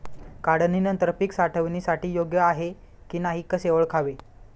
काढणी नंतर पीक साठवणीसाठी योग्य आहे की नाही कसे ओळखावे?